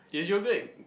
is yoghurt